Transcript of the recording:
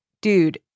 dude